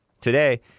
today